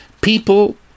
People